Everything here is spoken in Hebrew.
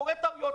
טעויות קורות,